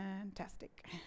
fantastic